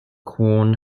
quorn